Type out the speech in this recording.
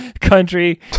country